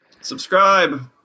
Subscribe